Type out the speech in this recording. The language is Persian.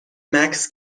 مکث